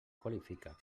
qualifica